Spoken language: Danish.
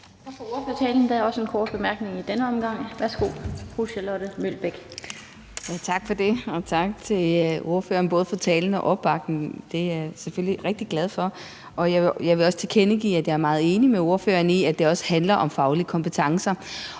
for ordførertalen. Der er også en kort bemærkning i denne omgang. Værsgo, fru Charlotte Broman Mølbæk. Kl. 14:06 Charlotte Broman Mølbæk (SF): Tak for det, og tak til ordføreren, både for talen og for opbakningen. Det er jeg selvfølgelig rigtig glad for, og jeg vil også tilkendegive, at jeg er meget enig med ordføreren i, at det også handler om faglige kompetencer.